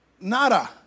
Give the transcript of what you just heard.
nada